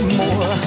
more